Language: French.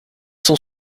sont